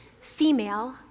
female